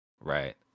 Right